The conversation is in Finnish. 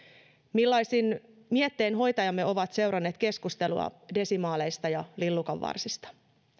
millaisin miettein hoitajamme ovat seuranneet keskustelua desimaaleista ja lillukanvarsista